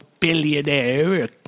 billionaire